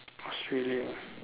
Australia